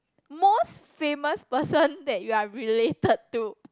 most famous person that you're related to